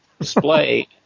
display